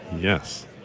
Yes